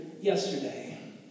yesterday